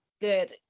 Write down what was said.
good